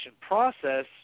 process